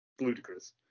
ludicrous